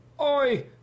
Oi